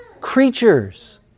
creatures